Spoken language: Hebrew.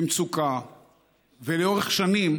במצוקה לאורך שנים,